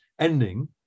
ending